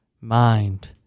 mind